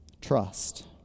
Trust